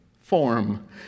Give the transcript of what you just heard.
form